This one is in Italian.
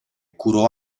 curò